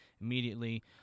immediately